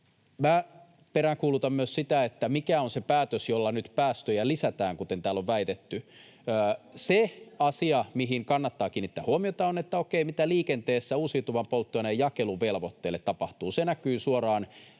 peräänkuulutan myös sitä, mikä on se päätös, jolla nyt päästöjä lisätään, kuten täällä on väitetty. Se asia, mihin kannattaa kiinnittää huomiota, on se, mitä liikenteessä tapahtuu uusiutuvan polttoaineen jakeluvelvoitteelle. Se näkyy suoraan